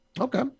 okay